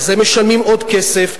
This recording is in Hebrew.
על זה משלמים עוד כסף,